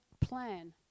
plan